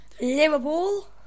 Liverpool